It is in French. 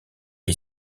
est